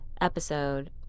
episode